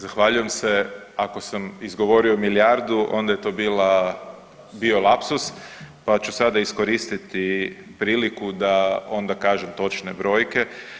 Zahvaljujem se, ako sam izgovorio milijardu onda je to bila, bio lapsus pa ću sada iskoristiti priliku da ona kažem točne brojke.